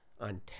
on